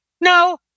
no